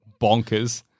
bonkers